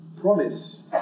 Promise